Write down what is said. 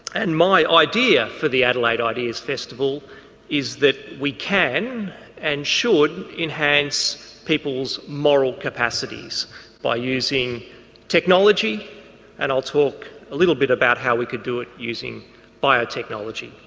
and my idea for the adelaide ideas festival is that we can and should enhance peoples' moral capacities by using technology and i'll talk a little bit about how we could do it using biotechnology.